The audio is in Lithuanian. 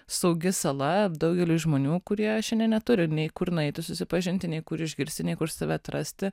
saugi sala daugeliui žmonių kurie šiandien neturi nei kur nueiti susipažinti nei kur išgirsti nei kur save atrasti